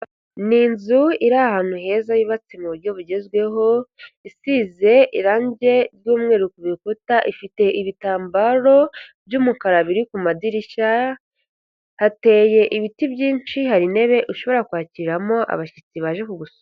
Ni inzu iri ahantu heza yubatse mu buryo bugezweho, isize irange ry'umweru ku bikuta, ifite ibitambaro by'umukara biri ku madirishya, hateye ibiti byinshi hari intebe ushobora kwakiramo abashyitsi baje kugusura.